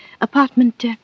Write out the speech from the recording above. Apartment